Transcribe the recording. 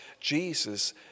Jesus